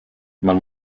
man